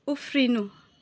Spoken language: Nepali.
उफ्रिनु